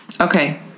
Okay